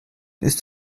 ist